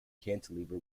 cantilever